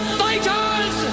fighters